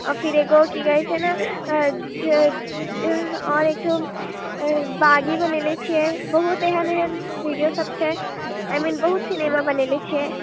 आओर फिर एगो की कहै छै ने जे आओर एकठो बागी बलेने छियै बहुत एहन एहन बी डि ओ सब छै आइ मिन बहुत सिनेमा बनेने छियै